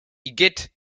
igitt